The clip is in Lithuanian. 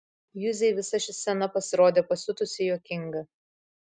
juzei visa ši scena pasirodė pasiutusiai juokinga